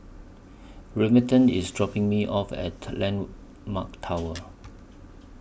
Remington IS dropping Me off At Landmark Tower